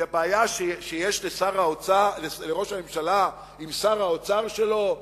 זה בעיה שיש לראש הממשלה עם שר האוצר שלו,